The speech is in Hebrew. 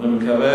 אני מקווה